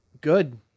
Good